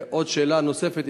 שאלה נוספת,